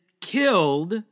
killed